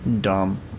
dumb